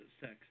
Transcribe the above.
sex